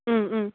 ꯎꯝ ꯎꯝ